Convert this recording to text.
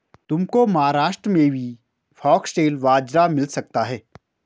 तुमको महाराष्ट्र में भी फॉक्सटेल बाजरा मिल सकता है